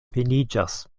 finiĝas